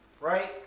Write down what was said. right